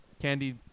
Candy